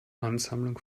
ansammlung